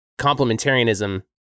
complementarianism